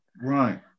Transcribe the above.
Right